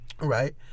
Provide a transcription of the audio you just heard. right